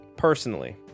personally